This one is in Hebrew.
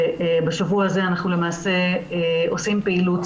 ובשבוע הזה אנחנו למעשה עושים פעילות,